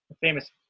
famous